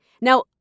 Now